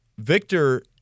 Victor